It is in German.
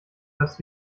das